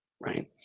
right